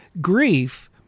grief